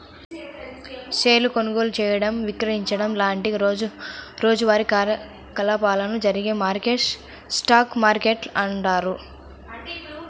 షేర్ల కొనుగోలు చేయడం, విక్రయించడం లాంటి రోజువారీ కార్యకలాపాలు జరిగే మార్కెట్లను స్టాక్ మార్కెట్లు అంటారు